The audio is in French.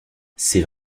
c’est